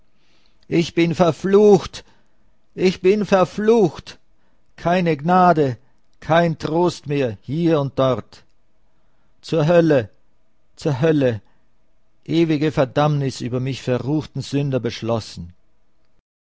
ich bin verflucht ich bin verflucht keine gnade kein trost mehr hier und dort zur hölle zur hölle ewige verdammnis über mich verruchten sünder beschlossen